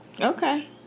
Okay